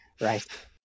Right